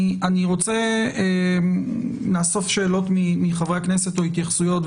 אני רוצה לאסוף שאלות מחברי הכנסת או התייחסויות,